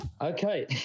Okay